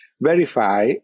Verify